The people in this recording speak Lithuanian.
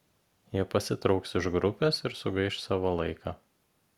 jie pasitrauks iš grupės ir sugaiš savo laiką